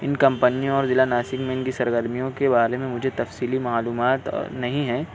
ان کمپنیوں اور ضلع ناسک میں ان کی سرگرمیوں کے بارے میں مجھے تفصیلی معلومات نہیں ہیں